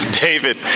David